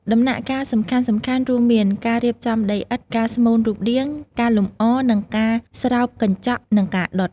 ដំណាក់កាលសំខាន់ៗរួមមាន៖ ការរៀបចំដីឥដ្ឋ ការស្មូនរូបរាង ការលម្អ និងការស្រោបកញ្ចក់និងការដុត។